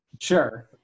Sure